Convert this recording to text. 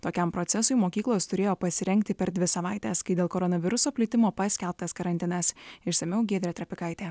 tokiam procesui mokyklos turėjo pasirengti per dvi savaites kai dėl koronaviruso plitimo paskelbtas karantinas išsamiau giedrė trapikaitė